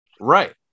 Right